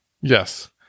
Yes